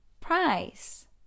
price